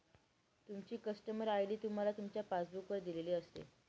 तुमची customer ID तुम्हाला तुमच्या पासबुक वर दिलेली असते